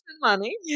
money